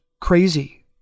crazy